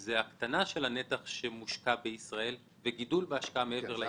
היא הקטנה של הנתח שמושקע בישראל וגידול מעבר לים.